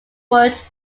word